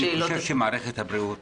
אני חושב שמערכת הבריאות